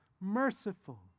merciful